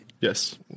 Yes